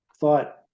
thought